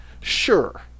Sure